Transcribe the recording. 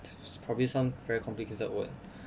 it's probably some very complicated word